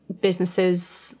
businesses